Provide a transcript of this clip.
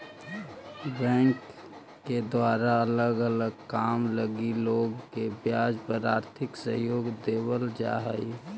bank के द्वारा अलग अलग काम लगी लोग के ब्याज पर आर्थिक सहयोग देवल जा हई